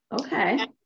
okay